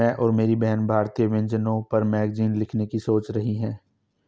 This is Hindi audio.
मैं और मेरी बहन भारतीय व्यंजनों पर मैगजीन लिखने की सोच रही है